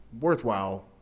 worthwhile